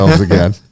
again